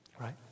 right